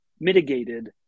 mitigated